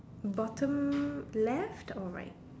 bottom left or right